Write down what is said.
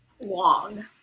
Long